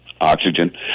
oxygen